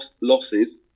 losses